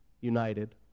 united